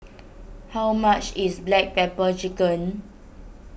how much is Black Pepper Chicken